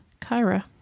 Kyra